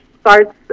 starts